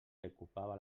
preocupava